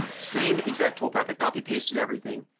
um same exact toolpath, i copy pasted everything,